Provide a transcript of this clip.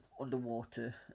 underwater